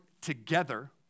together